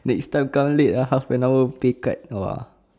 next time come late ah half an hour pay cut !wah!